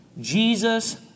Jesus